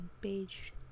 page